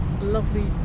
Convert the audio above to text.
lovely